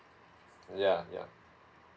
yeah yeah